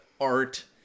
art